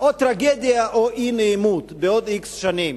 או טרגדיה או אי-נעימות בעוד x שנים,